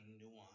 nuance